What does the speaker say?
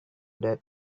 that